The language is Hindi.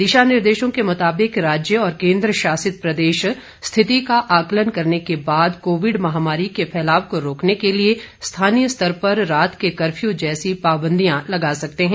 दिशा निर्देशों के मुताबिक राज्य और केन्द्रशासित प्रदेश स्थिति का आकलन करने के बाद कोविड महामारी के फैलाव को रोकने के लिए स्थानीय स्तर पर रात के कर्फ्यू जैसी पाबंदियां लगा सकते हैं